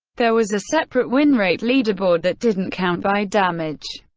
there was a separate win rate leaderboard that didn't count by damage.